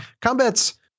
combat's